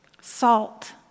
Salt